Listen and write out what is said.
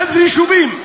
11 יישובים,